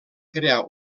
crear